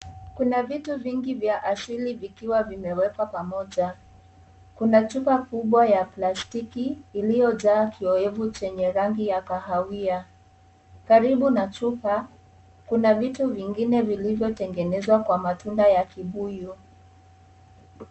Kuna vitu vingi vya asili vikiwa vimewekwa pamoja. Kuna chupa kubwa ya plastiki iliyojaa kiyoevu chenye rangi ya kahawia . Karibu na chupa kuna vitu vingine vilivyotengenezwa Kwa matunda ya vibuyu.